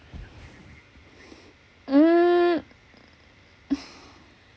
mm